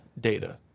data